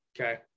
Okay